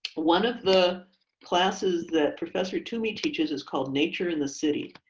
one of the classes that professor toomey teaches is called nature in the city.